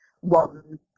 one